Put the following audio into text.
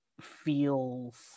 feels